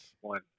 One